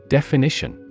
Definition